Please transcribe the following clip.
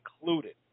included